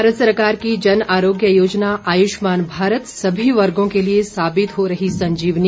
भारत सरकार की जनआरोग्य योजना आयुष्मान भारत सभी वर्गो के लिए साबित हो रही संजीवनी